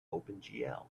opengl